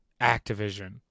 Activision